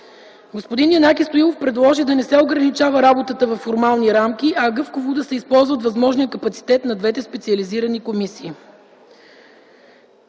Господин Янаки Стоилов предложи да не се ограничава работата във формални рамки, а гъвкаво да се използва възможният капацитет на двете специализирани комисии.